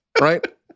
right